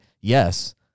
Yes